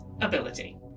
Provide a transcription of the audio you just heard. Ability